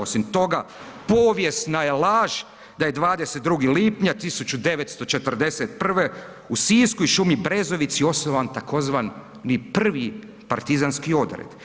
Osim toga povijesna je laž da je 22. lipnja 1941. u Sisku i šumi Brezovici osnovan tzv. Prvi partizanski odred.